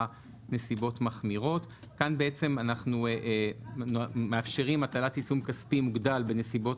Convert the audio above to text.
"נסיבות מחמירות";" כאן אנחנו מאפשרים הטלת עיצום כספי מוגדל בנסיבות